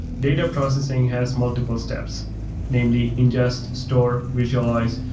data processing has multiple steps namely ingest, store, visualize.